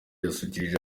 yasusurukije